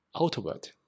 outward